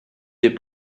des